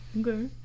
Okay